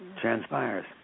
transpires